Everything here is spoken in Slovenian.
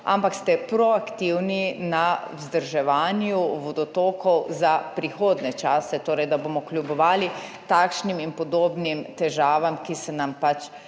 ampak ste proaktivni na vzdrževanju vodotokov za prihodnje čase, torej da bomo kljubovali takšnim in podobnim težavam, ki se nam pač